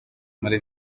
muri